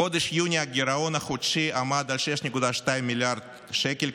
בחודש יוני הגירעון החודשי עמד על 6.2 מיליארד שקל.